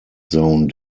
zone